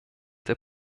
der